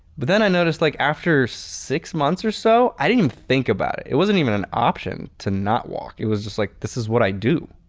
but then i noticed like after six months or so, i didn't even think about it. it wasn't even an option to not walk. it was just like this is what i do.